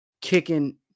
kicking